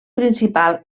principal